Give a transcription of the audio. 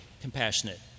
compassionate